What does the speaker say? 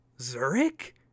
Zurich